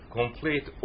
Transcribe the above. complete